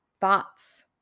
thoughts